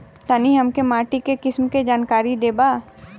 तनि हमें माटी के किसीम के जानकारी देबा?